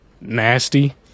nasty